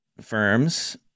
firms